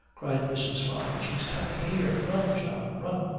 cried mrs. fyne she's coming here! run, john! run!